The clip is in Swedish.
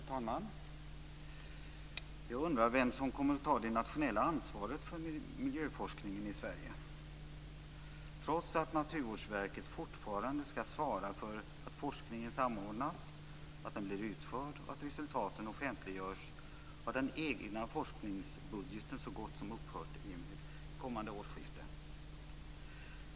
Fru talman! Jag undrar vem som kommer att ta det nationella ansvaret för miljöforskningen i Sverige. Trots att Naturvårdsverket fortfarande skall svara för att forskningen samordnas, blir utförd och att resultaten offentliggörs har den egna forskningsbudgeten så gott som upphört i och med kommande årsskifte.